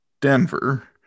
Denver